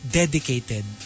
dedicated